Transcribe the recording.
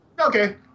Okay